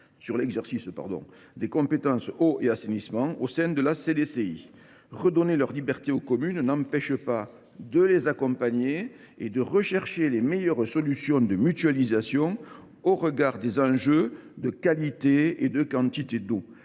sur l’exercice des compétences « eau » et « assainissement » au sein de la CDCI. Redonner leur liberté aux communes n’empêche pas de les accompagner, et de rechercher les meilleures solutions de mutualisation au regard des enjeux de qualité et de quantité d’eau.